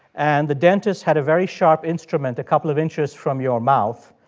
and the dentist had a very sharp instrument a couple of inches from your mouth.